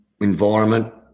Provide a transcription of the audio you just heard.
environment